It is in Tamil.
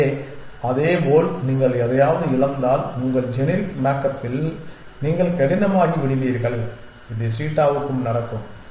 எனவே அதேபோல் நீங்கள் எதையாவது இழந்தால் உங்கள் ஜெனரிக் மேக்கப்பில் நீங்கள் கடினமாகிவிடுவீர்கள் இது சீட்டாவுக்கும் நடக்கும்